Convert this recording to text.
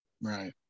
Right